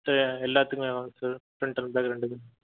sir எல்லாத்துக்குமே வாங்க sir front and back ரெண்டுக்குமே